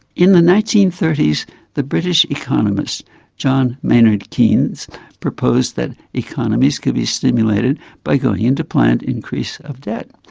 in the nineteen thirty s the british economist john maynard keynes proposed that economies could be stimulated by going into planned increase of debt,